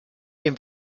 dem